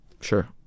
sure